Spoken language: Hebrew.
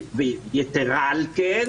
יתרה על כן,